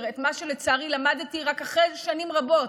את מה שלצערי למדתי רק אחרי שנים רבות,